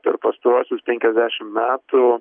per pastaruosius penkiasdešim metų